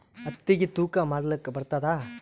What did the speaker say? ಹತ್ತಿಗಿ ತೂಕಾ ಮಾಡಲಾಕ ಬರತ್ತಾದಾ?